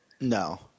no